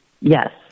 Yes